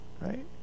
Right